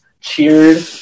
cheered